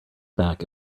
back